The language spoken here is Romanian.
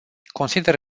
consider